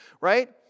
Right